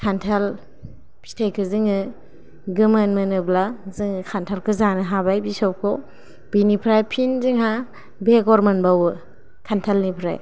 खान्थाल फिथायखौ जोङो गोमोन मोनोब्ला जों खान्थालखौ जानो हाबाय बिसबखौ बेनिफ्राय फिन जोंहा बेगर मोनबावयो खान्थालनिफ्राय